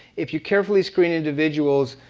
if you carefully screen individuals,